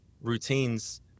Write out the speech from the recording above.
routines